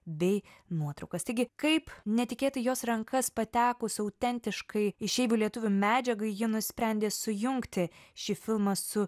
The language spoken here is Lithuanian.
bei nuotraukas taigi kaip netikėtai į jos rankas patekus autentiškai išeivių lietuvių medžiagai ji nusprendė sujungti šį filmą su